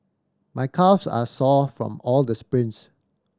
my calves are sore from all the sprints